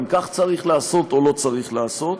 אם כך צריך לעשות או לא צריך לעשות.